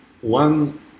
One